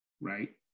right